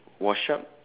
wash up